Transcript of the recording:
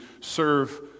serve